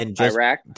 Iraq